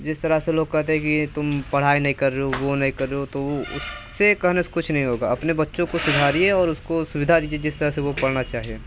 जिस तरह से लोग कहते हैं कि तुम पढ़ाई नहीं कर रहे हो वह नहीं कर रहे हो तो वह उससे कहने से कुछ नहीं होगा अपने बच्चों को सुधारिए और उसको सुविधा दीजिए जिस तरह से वह पढ़ना चाहे